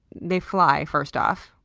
they fly, first off,